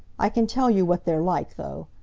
i can tell you what they're like, though.